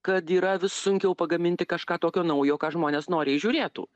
kad yra vis sunkiau pagaminti kažką tokio naujo ką žmonės noriai žiūrėtų